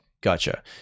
Gotcha